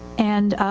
and,